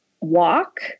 walk